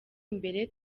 imbere